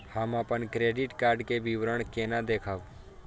हम अपन credit card के विवरण केना देखब?